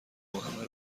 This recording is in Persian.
وهمه